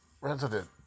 resident